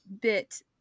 bit